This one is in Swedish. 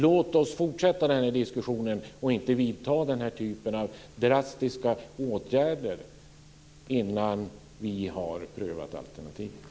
Låt oss fortsätta denna diskussion och inte vidta denna typ av drastiska åtgärder innan vi har prövat alternativen.